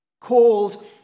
called